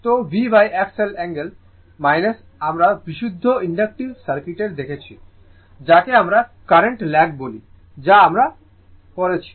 তো VXL angle আমরা বিশুদ্ধ ইন্ডাক্টিভ সার্কিটে দেখেছি যাকে আমরা কারেন্ট ল্যাগ বলি যা আমরা দেখেছি